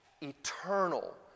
eternal